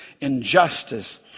injustice